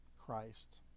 Christ